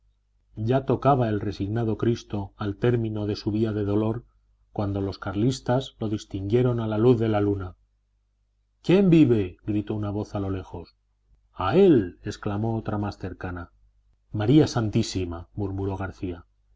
ya tocaba el resignado cristo al término de su vía de dolor cuando los carlistas lo distinguieron a la luz de la luna quién vive gritó una voz a lo lejos a él exclamó otra más cercana maría santísima murmuró garcía